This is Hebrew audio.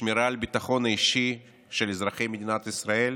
שמירה על הביטחון האישי של אזרחי מדינת ישראל,